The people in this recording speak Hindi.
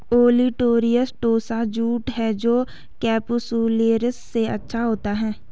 ओलिटोरियस टोसा जूट है जो केपसुलरिस से अच्छा होता है